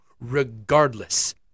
regardless